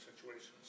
situations